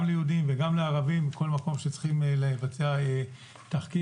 ליהודים וגם לערבים בכל מקום שצריכים לבצע תחקיר.